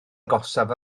agosaf